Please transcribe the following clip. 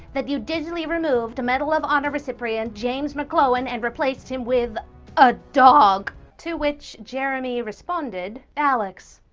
that you digitally removed medal of honor recipient james mccloughan and replaced him with a dog to which jeremy responded alex,